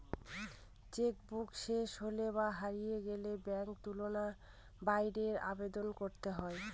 check book শেষ হলে বা হারিয়ে গেলে ব্যাঙ্কে নতুন বইয়ের আবেদন করতে হয়